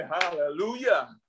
hallelujah